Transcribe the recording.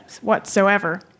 whatsoever